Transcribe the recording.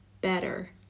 better